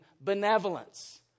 benevolence